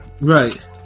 Right